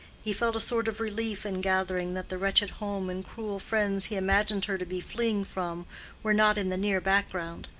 he felt a sort of relief in gathering that the wretched home and cruel friends he imagined her to be fleeing from were not in the near background.